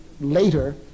later